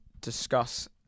discuss